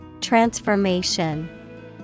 Transformation